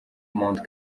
mount